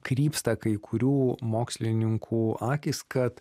krypsta kai kurių mokslininkų akys kad